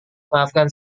maafkan